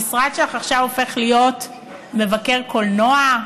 המשרד שלך עכשיו הופך להיות מבקר קולנוע,